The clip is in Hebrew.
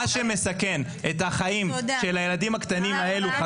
מה שמסכן את החיים של הילדים הקטנים האלה,